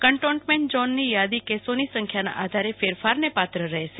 containment ઝોનની યાદી કેસોની સંખ્યાના આધારે ફેરફારને પાત્ર રહેશે